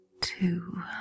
Two